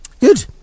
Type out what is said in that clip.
Good